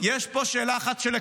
יש פה שאלה אחת של עקרונות.